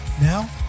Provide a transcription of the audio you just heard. now